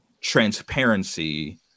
transparency